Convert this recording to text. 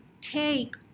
take